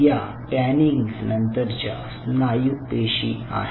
या पॅनिंग नंतरच्या स्नायू पेशी आहेत